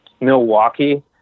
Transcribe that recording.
Milwaukee